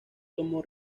tomó